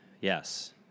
Yes